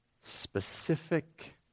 specific